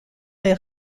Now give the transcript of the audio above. les